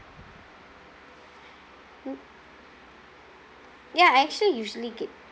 hmm ya I actually usually get